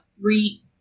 three